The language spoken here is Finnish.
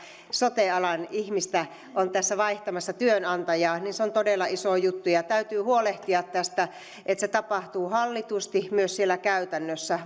sote alan ihmistä on tässä vaihtamassa työnantajaa niin se on todella iso juttu ja täytyy huolehtia tästä että se tapahtuu hallitusti myös siellä käytännössä